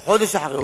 או חודש אחרי,